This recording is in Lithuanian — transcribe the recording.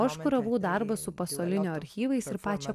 o aš kuravau darbą su pasolinio archyvais ir pačią